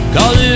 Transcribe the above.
Cause